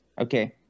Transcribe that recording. okay